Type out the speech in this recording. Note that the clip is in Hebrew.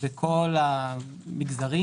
בכל המגזרים,